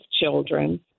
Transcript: children